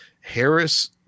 Harris –